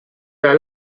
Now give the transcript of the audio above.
dans